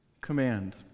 command